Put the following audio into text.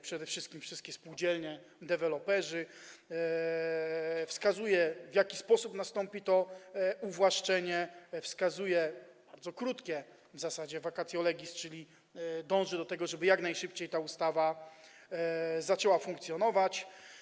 Przede wszystkim wszystkie spółdzielnie, deweloperzy, wskazują, w jaki sposób nastąpi to uwłaszczenie, wskazują bardzo krótkie w zasadzie vacatio legis, czyli dążą do tego żeby, jak najszybciej ta ustawa zaczęła funkcjonować.